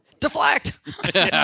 Deflect